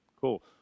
cool